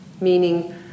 meaning